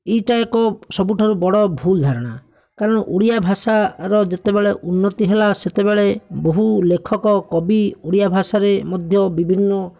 ଏଇଟା ଏକ ସବୁଠୁ ବଡ଼ ଭୁଲ୍ ଧାରଣା କାରଣ ଓଡ଼ିଆ ଭାଷାର ଯେତେବେଳେ ଉନ୍ନତି ହେଲା ସେତେବେଳେ ବହୁ ଲେଖକ କବି ଓଡ଼ିଆ ଭାଷାରେ ମଧ୍ୟ ବିଭିନ୍ନ